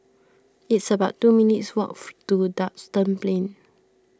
it's about two minutes' walk to Duxton Plain